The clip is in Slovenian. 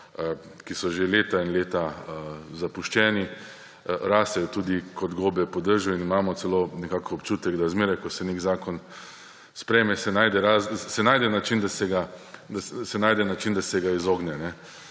ki so že leta in leta zapuščeni, rastejo tudi kot gobe po dežju in imamo celo občutek, da se zmeraj, ko se nek zakon sprejme, najde način, da se ga izogne.